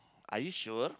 are you sure